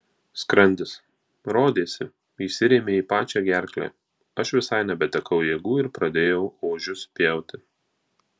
skrandis rodėsi įsirėmė į pačią gerklę aš visai nebetekau jėgų ir pradėjau ožius pjauti